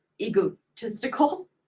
egotistical